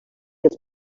els